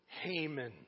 Haman